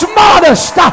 modest